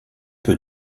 peu